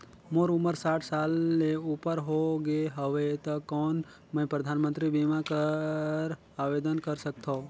मोर उमर साठ साल ले उपर हो गे हवय त कौन मैं परधानमंतरी बीमा बर आवेदन कर सकथव?